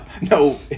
No